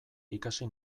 ikasi